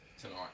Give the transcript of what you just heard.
tonight